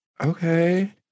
okay